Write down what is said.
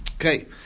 Okay